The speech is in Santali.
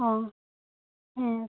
ᱚ ᱦᱮᱸ